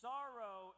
Sorrow